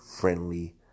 friendly